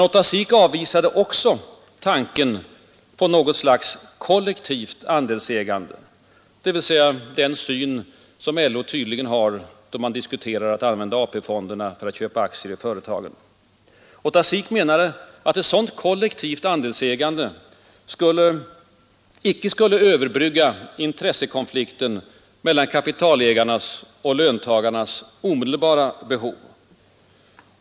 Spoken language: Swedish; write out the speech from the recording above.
Ota Sik avvisade också tanken på något slags kollektivt andelsägande, dvs. den syn som LO tydligen har då man vill använda AP-fonderna för att köpa aktier i företagen. Ota Sik menade att ett sådant koliektivt andelsägande inte skulle överbrygga intressekonflikten mellan kapitalägarnas och löntagarnas omedelbara behov.